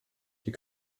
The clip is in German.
die